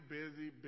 busy